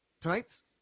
Tonight's